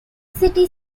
city